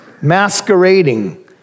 masquerading